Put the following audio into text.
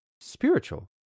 spiritual